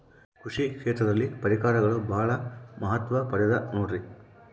ಕೃಷಿ ಕ್ಷೇತ್ರದಲ್ಲಿ ಪರಿಕರಗಳು ಬಹಳ ಮಹತ್ವ ಪಡೆದ ನೋಡ್ರಿ?